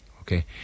Okay